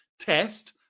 test